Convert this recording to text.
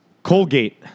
Colgate